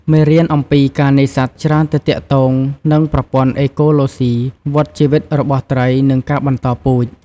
មេរៀនអំំពីការនេសាទច្រើនតែទាក់ទងនឺងប្រព័ន្ធអេកូឡូសុី វដ្តជីវិតរបស់ត្រី និងការបន្តពូជ។